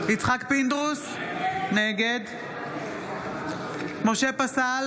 פינדרוס, נגד משה פסל,